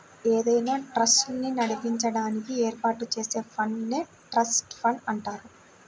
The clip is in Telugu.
ఏదైనా ట్రస్ట్ ని నడిపించడానికి ఏర్పాటు చేసే ఫండ్ నే ట్రస్ట్ ఫండ్ అంటారు